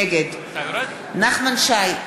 נגד נחמן שי,